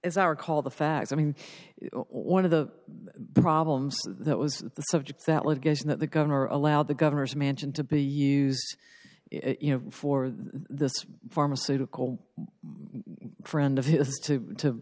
as i recall the facts i mean one of the problems that was the subject that litigation that the governor allowed the governor's mansion to be used you know for the pharmaceutical friend of his to